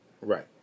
Right